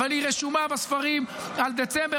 אבל היא רשומה בספרים על דצמבר,